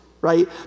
Right